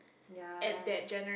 ya